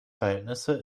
verhältnisse